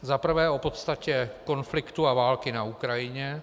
Za prvé o podstatě konfliktu a války na Ukrajině.